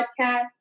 podcast